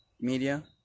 media